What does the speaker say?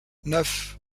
neuf